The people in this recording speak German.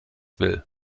will